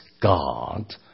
God